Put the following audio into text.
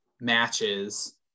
matches